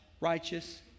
Righteous